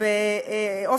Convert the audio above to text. בגדה המערבית,